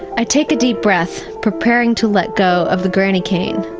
i take a deep breath, preparing to let go of the granny cane,